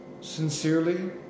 sincerely